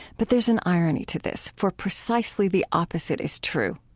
but there's an irony to this, for precisely the opposite is true.